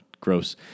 gross